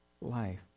life